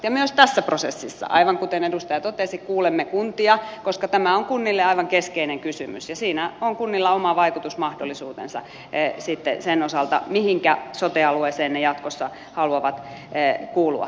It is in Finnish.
ja myös tässä prosessissa aivan kuten edustaja totesi kuulemme kuntia koska tämä on kunnille aivan keskeinen kysymys ja siinä on kunnilla oma vaikutusmahdollisuutensa sitten sen osalta mihinkä sote alueeseen ne jatkossa haluavat kuulua